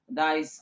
das